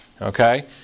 Okay